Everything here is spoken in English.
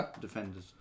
Defenders